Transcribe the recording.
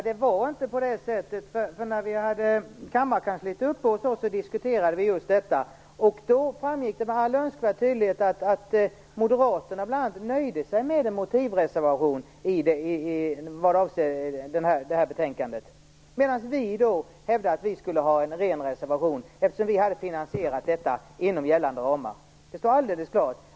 Herr talman! Det var inte så. När vi hade kammarkansliet uppe hos oss, diskuterade vi just detta. Då framgick med all önskvärd tydlighet att Moderaterna bl.a. nöjde sig med en motivreservation vad avser det här betänkandet. Men vi hävdade att vi skulle ha en ren reservation, eftersom vi hade finansierat detta inom gällande ramar. Det står alldeles klart.